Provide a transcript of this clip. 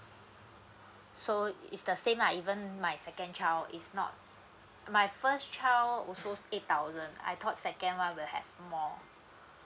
so it's the same like even my second child is not my first child also eight thousand I thought second one will have more